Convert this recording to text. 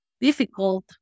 difficult